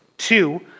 Two